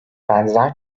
benzer